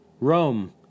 Rome